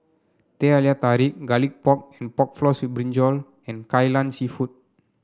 Teh Halia Tarik Garlic Pork Pork Floss with Brinjal and Kai Lan seafood